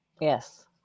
Yes